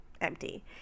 empty